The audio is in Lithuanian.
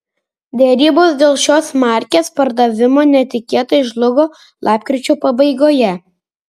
derybos dėl šios markės pardavimo netikėtai žlugo lapkričio pabaigoje